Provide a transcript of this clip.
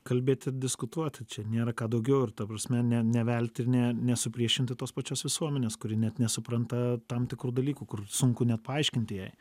kalbėti diskutuoti čia nėra ką daugiau ir ta prasme ne ne velti ne nesupriešinti tos pačios visuomenės kuri net nesupranta tam tikrų dalykų kur sunku net paaiškinti jai